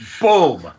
Boom